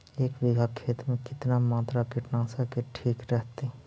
एक बीघा खेत में कितना मात्रा कीटनाशक के ठिक रहतय?